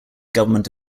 government